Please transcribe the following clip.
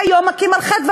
והיום מכים על חטא,